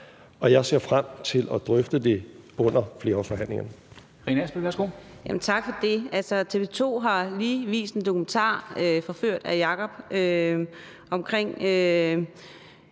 og jeg ser frem til at drøfte det under flerårsforhandlingerne.